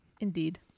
Indeed